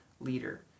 leader